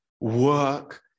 work